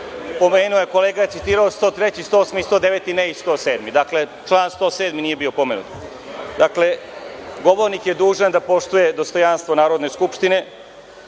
Kolega je citirao 103, 108. i 109, a ne i 107. Dakle, član 107. nije bio pomenut. Dakle, govornik je dužan da poštuje dostojanstvo Narodne skupštine.